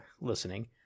listening